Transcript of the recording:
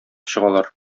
чыгалар